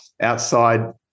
outside